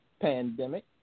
pandemic